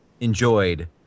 enjoyed